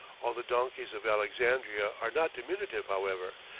all the donkeys of alexandria are not diminutive, however.